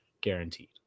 guaranteed